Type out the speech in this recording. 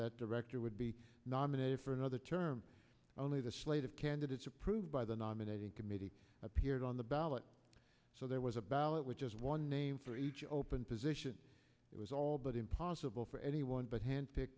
that director would be nominated for another term only the slate of candidates approved by the nominating committee appeared on the ballot so there was a ballot which is one name for each open position it was all but impossible anyone but hand picked